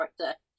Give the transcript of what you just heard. character